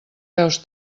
veus